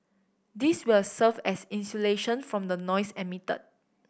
this will serve as insulation from the noise emitted